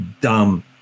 dumb